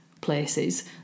places